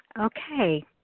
Okay